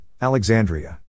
Alexandria